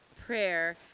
prayer